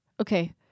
Okay